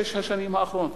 שש השנים האחרונות,